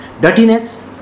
dirtiness